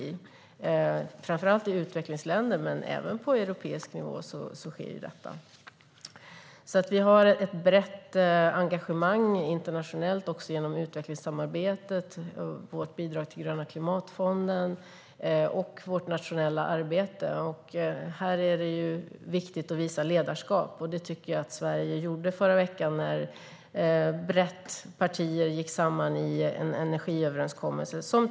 Detta sker framför allt i utvecklingsländer, men även på europeisk nivå. Vi har ett brett engagemang internationellt genom utvecklingssamarbetet, vårt bidrag till Gröna klimatfonden och vårt nationella arbete. Här är det viktigt att visa ledarskap, och det tycker jag att Sverige gjorde förra veckan när partier brett gick samman i en energiöverenskommelse.